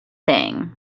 thing